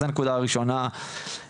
אז זה הנקודה הראשונה שהעליתי.